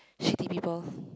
shitty people